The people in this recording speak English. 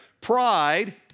Pride